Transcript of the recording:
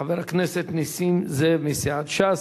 חבר הכנסת נסים זאב מסיעת ש"ס.